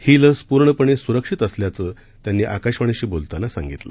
ही लस पूर्णपणे सुरक्षित असल्याचं त्यांनी आकाशवाणीशी बोलताना सांगितलं